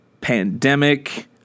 pandemic